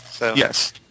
Yes